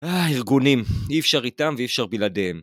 אה, ארגונים. אי אפשר איתם ואי אפשר בלעדיהם.